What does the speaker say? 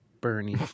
Bernie